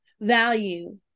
value